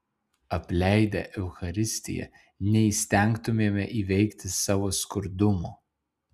apleidę eucharistiją neįstengtumėme įveikti savo skurdumo